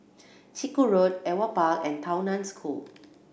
Chiku Road Ewart Park and Tao Nan School